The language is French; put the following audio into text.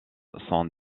sont